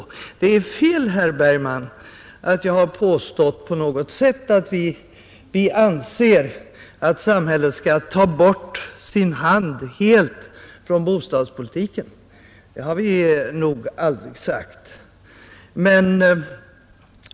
Det är fel, herr Bergman, att jag på något sätt påstått att vi anser att samhället helt skall ta sin hand från bostadspolitiken. Det har vi nog aldrig sagt.